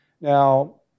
Now